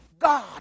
God